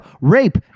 rape